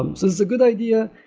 um so it's a good idea.